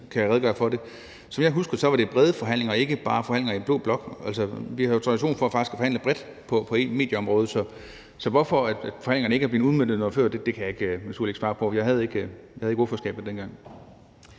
kan redegøre for det. Som jeg husker det, var det brede forhandlinger og ikke bare forhandlinger i den blå blok. Vi har jo tradition for faktisk at forhandle bredt på medieområdet, så hvorfor forhandlingerne ikke er blevet udmøntet noget før, kan jeg naturligvis ikke svare på. Jeg havde ikke ordførerskabet dengang.